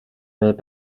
mais